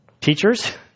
teachers